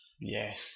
Yes